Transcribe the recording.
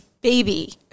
baby